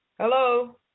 Hello